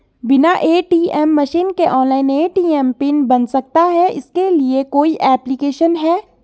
बिना ATM machine के online ATM pin बन सकता है इसके लिए कोई ऐप्लिकेशन है?